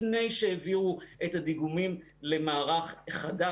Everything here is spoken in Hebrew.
לפני שהעבירו את הדיגומים למערך החדש.